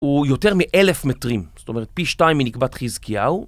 הוא יותר מאלף מטרים, זאת אומרת פי שתיים מנקבת חזקיהו.